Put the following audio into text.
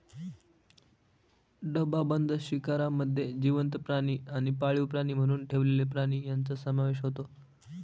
डबाबंद शिकारमध्ये जिवंत प्राणी आणि पाळीव प्राणी म्हणून ठेवलेले प्राणी यांचा समावेश होतो